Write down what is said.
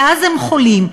ואז הם חולים.